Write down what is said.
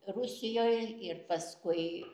rusijoj ir paskui